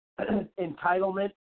entitlement